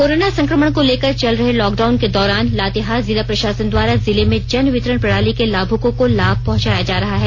corona संक्रमण को लेकर चल रहे लॉकडाउन के दौरान लातेहार जिला प्रषासन द्वारा जिले में जन वितरण प्रणाली के लाभुकों को लाभ पहुंचाया जा रहा है